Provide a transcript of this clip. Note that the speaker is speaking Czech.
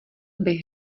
bych